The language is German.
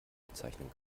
bezeichnen